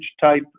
type